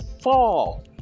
fall